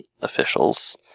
officials